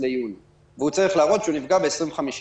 ליוני והוא צריך להראות שהוא נפגע ב-25%.